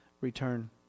return